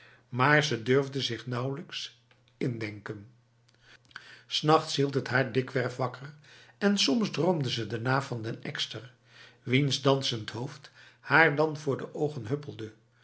maar ze durfde zich er nauwelijks in denken s nachts hield het haar dikwerf wakker en soms droomde ze daarna van den ekster wiens dansend hoofd haar dan voor de ogen huppelde